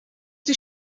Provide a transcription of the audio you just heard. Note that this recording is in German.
die